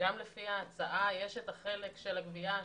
גם לפי ההצעה, יש חלק של הגבייה השוטפת,